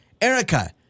Erica